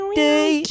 day